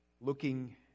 looking